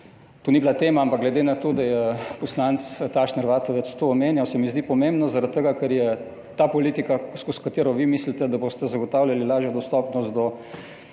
To ni bila tema, ampak glede na to, da je poslanec Tašner Vatovec to omenjal, se mi zdi pomembno zaradi tega, ker je ta politika, skozi katero vi mislite, da boste zagotavljali lažjo dostopnost do